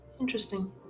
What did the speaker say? interesting